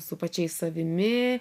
su pačiais savimi